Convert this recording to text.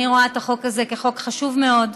אני רואה את החוק הזה כחוק חשוב מאוד.